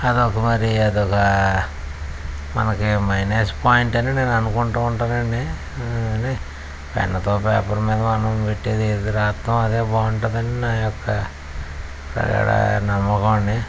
అది ఒక మరి అది ఒక మనకు మైనస్ పాయింట్ అని నేను అనుకుంటు ఉంటాను అండి కానీ పెన్నుతో పేపర్ మీద మనం ఏది పెట్టి రాస్తామో అదే బాగుంటుంది అని నా యొక్క నమ్మకం అండి